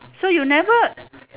so you never